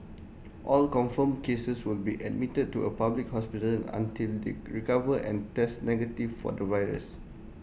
all confirmed cases will be admitted to A public hospital until they recover and test negative for the virus